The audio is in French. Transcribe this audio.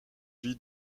ville